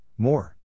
More